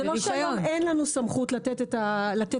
זה לא שהיום אין לנו סמכות לתת רישיון,